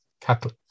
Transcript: cattle